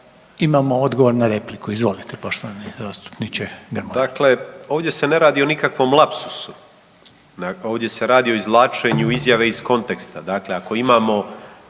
Imamo odgovor na repliku. Izvolite poštovani zastupniče. **Grmoja, Nikola (MOST)** Dakle, ovdje se ne radi o nikakvom lapsusu. Ovdje se radi o izvlačenju izjave iz konteksta. Dakle, ako imamo,